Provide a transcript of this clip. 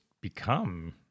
become